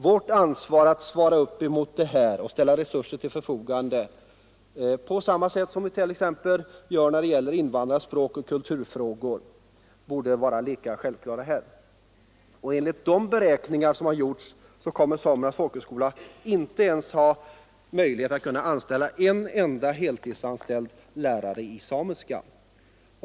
Vårt ansvar att ställa resurser till förfogande härvidlag borde vara lika självklart som när det gäller t.ex. invandrarnas språkoch kulturfrågor. Enligt de beräkningar som gjorts kommer Samernas folkhögskola inte ens att ha möjlighet att engagera en enda heltidsanställd lärare i samiska.